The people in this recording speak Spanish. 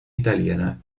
italiana